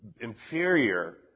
inferior